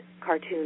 cartoon